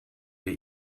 wir